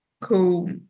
cool